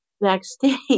backstage